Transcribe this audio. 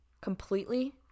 completely